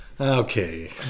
okay